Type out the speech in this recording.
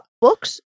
books